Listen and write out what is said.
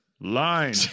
line